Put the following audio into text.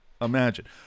imagine